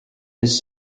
his